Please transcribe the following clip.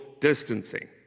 distancing